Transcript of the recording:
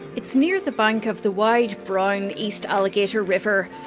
it's near the bank of the wide brown east alligator river,